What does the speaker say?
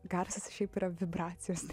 garsas šiaip yra vibracijos